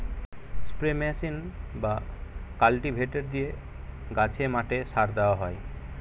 spray machine বা cultivator দিয়ে গাছে, মাঠে সার দেওয়া হয়